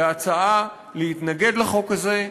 בהצעה להתנגד לחוק הזה,